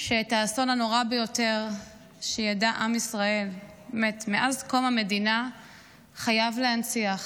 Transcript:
שאת האסון הנורא ביותר שידע עם ישראל מאז קום המדינה חובה להנציח.